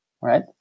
right